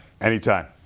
Anytime